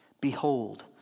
behold